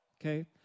okay